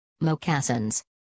moccasins